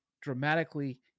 dramatically